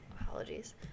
Apologies